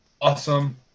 Awesome